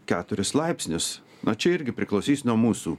keturis laipsnius na čia irgi priklausys nuo mūsų